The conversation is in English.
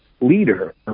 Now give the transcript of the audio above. Leader